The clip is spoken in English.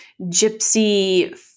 gypsy